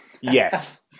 Yes